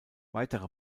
weitere